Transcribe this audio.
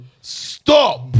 Stop